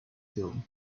film